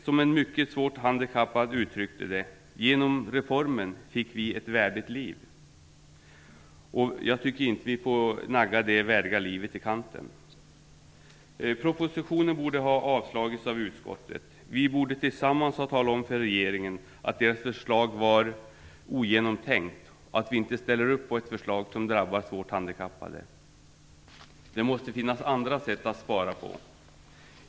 Som en mycket svårt handikappad uttryckte det: "Genom reformen fick vi ett värdigt liv." Jag tycker inte att vi får nagga det värdiga livet i kanten. Propositionen borde ha avstyrkts av utskottet. Vi borde tillsammans ha talat om för regeringen att dess förslag var ogenomtänkt och att vi inte ställer upp på ett förslag som drabbar svårt handikappade. Det måste finnas andra sätt att spara på.